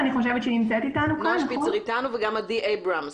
נמצאת אתנו נועה שפיצר וגם עדי אייברמס.